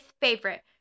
favorite